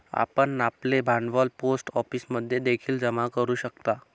आपण आपले भांडवल पोस्ट ऑफिसमध्ये देखील जमा करू शकता